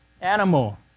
animal